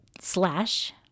slash